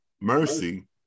mercy